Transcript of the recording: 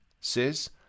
says